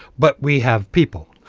but we have people.